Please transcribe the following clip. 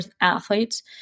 athletes